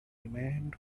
remained